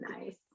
nice